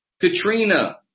Katrina